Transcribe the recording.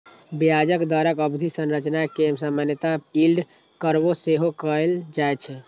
ब्याज दरक अवधि संरचना कें सामान्यतः यील्ड कर्व सेहो कहल जाए छै